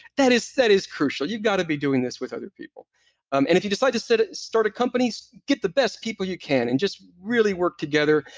that is that is crucial, you've gotta be doing this with other people um and if you decide to so to start a company, get the best people you can and just really work together.